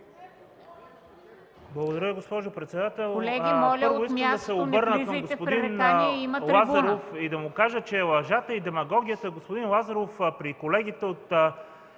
Благодаря, госпожо председател.